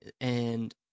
and-